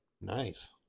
nice